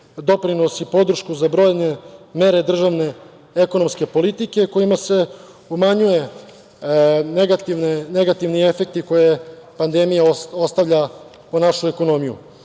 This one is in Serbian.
doprinos i podršku za brojne mere državne ekonomske politike kojima se umanjuju negativni efekti koje pandemija ostavlja po našu ekonomiju.